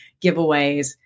giveaways